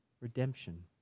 redemption